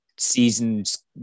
seasons